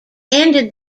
ended